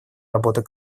работы